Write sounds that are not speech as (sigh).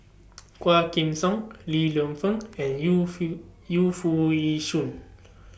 (noise) Quah Kim Song Li Lienfung and Yu feel (noise) Yu Foo Yee Shoon